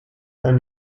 ein